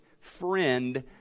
friend